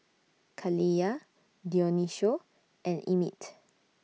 Kaliyah Dionicio and Emit